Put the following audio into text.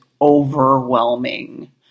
overwhelming